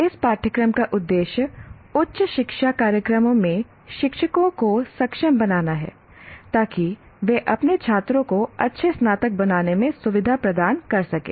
इस पाठ्यक्रम का उद्देश्य उच्च शिक्षा कार्यक्रमों में शिक्षकों को सक्षम बनाना है ताकि वे अपने छात्रों को अच्छे स्नातक बनने में सुविधा प्रदान कर सकें